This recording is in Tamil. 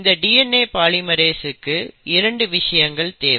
இந்த DNA பாலிமெரேஸ்சுக்கு 2 விஷயங்கள் தேவை